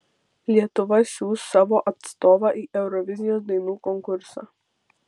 lietuva siųs savo atstovą į eurovizijos dainų konkursą